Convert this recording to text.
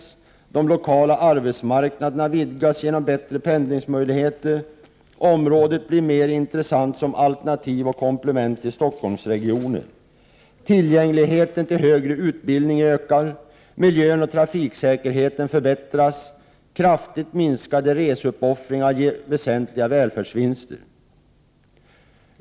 —- de lokala arbetsmarknaderna vidgas genombättre pendlingsmöjligheter, —- området blir mer intressant som alternativ och komplement till Stockholmsregionen, —- miljön och trafiksäkerheten förbättras, och - kraftigt minskade reseuppoffringar ger väsentliga välfärdsvinster.